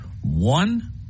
one